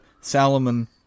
Salomon